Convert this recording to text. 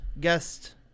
guest